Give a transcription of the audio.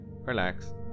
relax